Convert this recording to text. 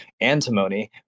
antimony